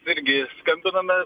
irgi skambiname